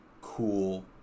cool